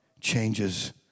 changes